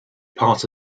part